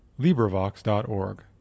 librivox.org